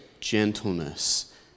gentleness